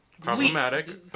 Problematic